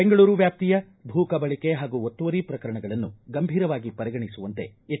ಬೆಂಗಳೂರು ವ್ಯಾಪ್ತಿಯ ಭೂ ಕಬಳಕೆ ಹಾಗೂ ಒತ್ತುವರಿ ಪ್ರಕರಣಗಳನ್ನು ಗಂಭೀರವಾಗಿ ಪರಿಗಣಿಸುವಂತೆ ಎಚ್